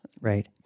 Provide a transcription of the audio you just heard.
Right